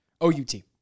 O-U-T